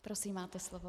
Prosím, máte slovo.